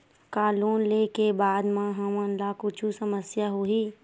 का लोन ले के बाद हमन ला कुछु समस्या होही?